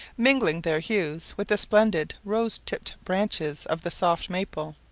mingling their hues with the splendid rose-tipped branches of the soft maple,